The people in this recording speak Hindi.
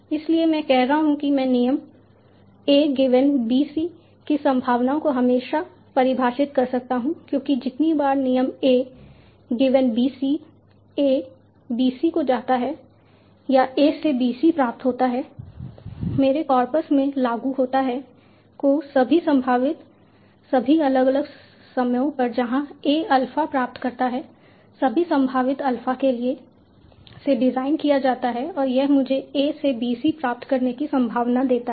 इसलिए मैं कह रहा हूं कि मैं नियम a गिवेन B C की संभावना को हमेशा परिभाषित कर सकता हूं क्योंकि जितनी बार नियम A given B C A B C को जाता है या a से B C प्राप्त होता है मेरे कॉर्पस में लागू होता है को जब सभी संभावित सभी अलग अलग समयों पर जहाँ A अल्फा प्राप्त करता है सभी संभावित अल्फा के लिए से डिवाइड किया जाता है और यह मुझे a से B C प्राप्त करने की संभावना देता है